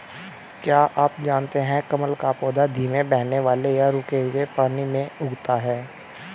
क्या आप जानते है कमल का पौधा धीमे बहने वाले या रुके हुए पानी में उगता है?